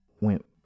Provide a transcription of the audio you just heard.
went